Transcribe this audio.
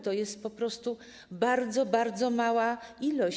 To jest po prostu bardzo, bardzo mała ilość.